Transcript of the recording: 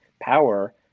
power